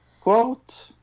quote